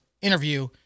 interview